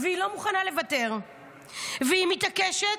אבל היא לא מוכנה לוותר והיא מתעקשת,